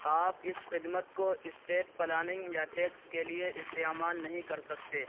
آپ اس خدمت کو اسٹیٹ پلاننگ یا ٹیکس کے لیے استعمال نہیں کر سکتے